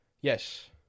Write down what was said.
Yes